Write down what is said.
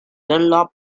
dunlop